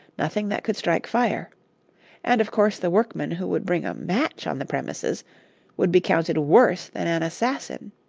nothing that could strike fire and of course the workman who would bring a match on the premises would be counted worse than an assassin.